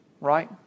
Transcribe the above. right